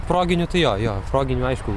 proginių tai jo jo proginių aišku